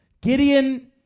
Gideon